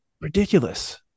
Ridiculous